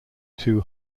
two